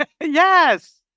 Yes